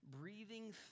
breathing